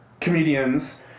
comedians